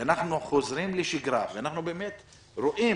שאנחנו חוזרים לשגרה ואנחנו באמת רואים